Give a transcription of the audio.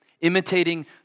Imitating